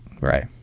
Right